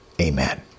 Amen